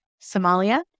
Somalia